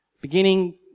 Beginning